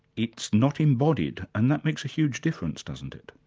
it's not embodied, and that makes a huge difference, doesn't it?